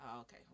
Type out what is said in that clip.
okay